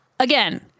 Again